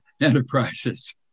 Enterprises